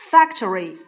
Factory